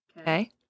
Okay